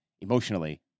emotionally